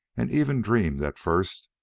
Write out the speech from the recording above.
and even dreamed, at first,